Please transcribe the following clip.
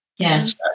Yes